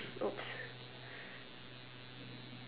oops